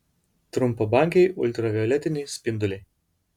trumpabangiai ultravioletiniai spinduliai